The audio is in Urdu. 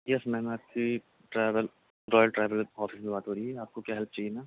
یس میم آپ کی ٹریول روئل ٹریول آفس میں بات ہو رہی ہے آپ کو کیا ہیلپ چاہیے میم